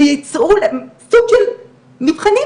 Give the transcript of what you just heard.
שייצרו סוג של מבחנים.